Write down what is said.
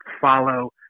follow